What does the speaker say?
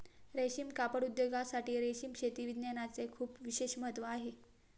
रेशीम कापड उद्योगासाठी रेशीम शेती विज्ञानाचे खूप विशेष महत्त्व आहे